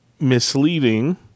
misleading –